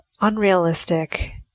unrealistic